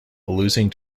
losing